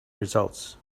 results